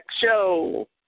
Show